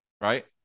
Right